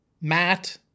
matt